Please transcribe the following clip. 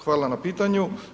Hvala na pitanju.